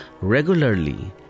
regularly